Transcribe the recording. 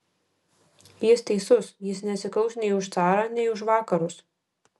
jis teisus jis nesikaus nei už carą nei už vakarus